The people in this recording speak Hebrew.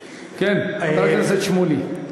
כן, חבר הכנסת שמולי.